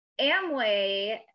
Amway